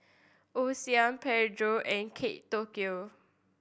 Osim Pedro and Kate Tokyo